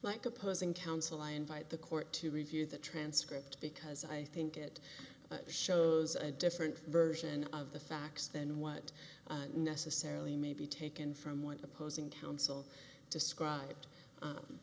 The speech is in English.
mike opposing counsel i invite the court to review the transcript because i think it shows a different version of the facts than what necessarily may be taken from what opposing counsel described